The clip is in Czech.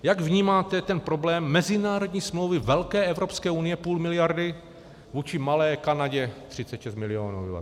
Jak vnímáte ten problém mezinárodní smlouvy velké Evropské unie půl miliardy vůči malé Kanadě 36 milionů obyvatel?